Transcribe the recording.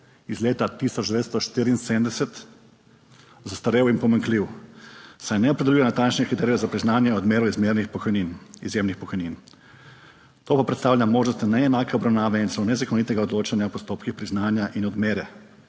iz leta 1974 zastarel in pomanjkljiv, saj ne opredeljuje natančnih kriterijev za priznanje, odmero primernih pokojnin, izjemnih pokojnin, to pa predstavlja možnost neenake obravnave in celo nezakonitega odločanja v postopkih priznanja in odmere